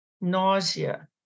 nausea